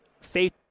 faith